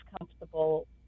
comfortable